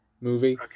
movie